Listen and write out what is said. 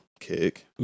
Kick